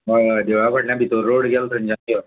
हय देवळा फाटल्यान भितर रोड गेल थंयच्यान यो